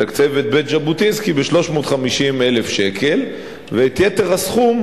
בית-ז'בוטינסקי ב-350,000 ש"ח ואת יתר הסכום